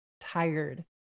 tired